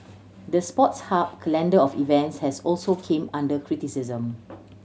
the Sports Hub calendar of events has also came under criticism